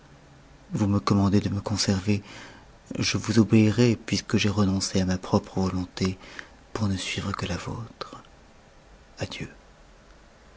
vous me commandez de me conserver je vous obéirai puisque j'ai renoncé à ma propre volonté pour ne suivre que la vôlre adieu